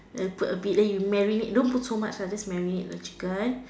then put a bit then you marinate don't put so much lah just marinate the chicken